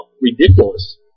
ridiculous